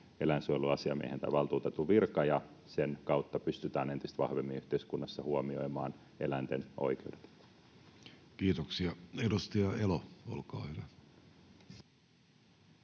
eläinsuojeluasiamiehen tai -valtuutetun virka ja sen kautta pystytään entistä vahvemmin yhteiskunnassa huomioimaan eläinten oikeudet. [Speech 67] Speaker: